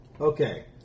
Okay